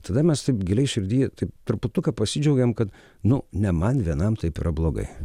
tada mes taip giliai širdyje taip truputuką pasidžiaugiam kad nu ne man vienam taip yra blogai